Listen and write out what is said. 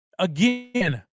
Again